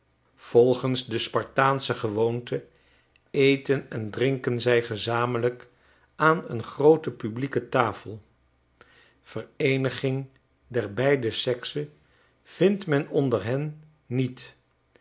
yolgens de spartaansche gewoonte eten en drinken ztf gezamenlijk aan een groote publieke tafel vereeniging der beide sexen vindt men onder hen niet